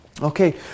Okay